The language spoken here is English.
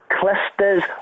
clusters